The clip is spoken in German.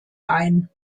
ein